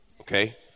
Okay